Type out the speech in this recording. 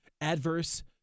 adverse